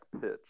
pitch